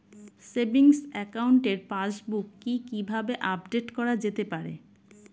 Savings একাউন্টের passbook কি কিভাবে আপডেট করা যেতে পারে?